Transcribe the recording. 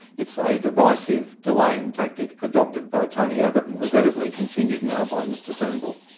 it's a divisive delaying tactic adopted by tony abbott and regrettably continued now by mr turnbull.